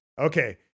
okay